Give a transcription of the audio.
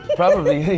probably.